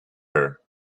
her